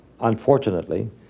Unfortunately